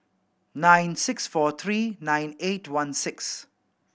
nine six four three nine eight one six